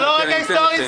רגע היסטורי.